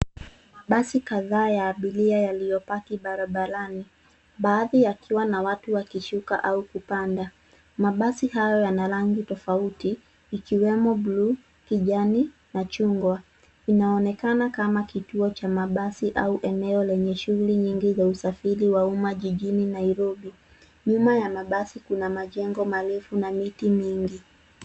Basi kadhaa ya abiria yaliyo paki barabarani baadhi yakiwa na watu wakishuka au kupanda. Mabasi hayo yana rangi tofauti ikiwemo buluu, kijani na chungwa. Inaonekana kama kituo cha mabasi au eneo lenye shughuli nyingi za usafiri wa uma jijini Nairobi. Nyuma ya mabasi kuna majengo marefu na miti mingi.